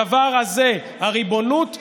הדבר הזה, הריבונות תקרה.